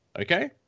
okay